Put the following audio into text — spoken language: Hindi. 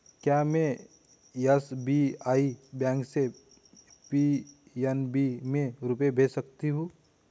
क्या में एस.बी.आई बैंक से पी.एन.बी में रुपये भेज सकती हूँ?